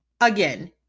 again